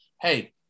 hey